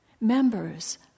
members